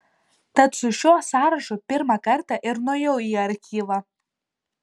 tad su šiuo sąrašu pirmą kartą ir nuėjau į archyvą